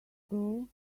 girl